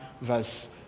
verse